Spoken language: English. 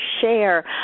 share